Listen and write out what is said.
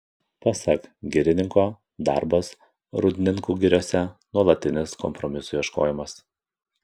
pasak girininko darbas rūdninkų giriose nuolatinis kompromisų ieškojimas